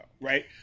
right